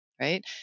Right